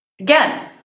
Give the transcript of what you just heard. again